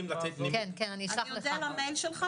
נעביר לך למייל.